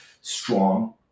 strong